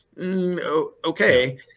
okay